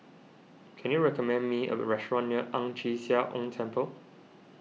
can you recommend me a restaurant near Ang Chee Sia Ong Temple